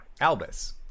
albus